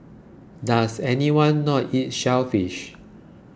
does anyone not eat shellfish